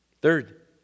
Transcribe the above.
Third